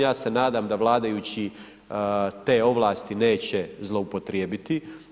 Ja se nadam da vladajući te ovlasti neće zloupotrijebiti.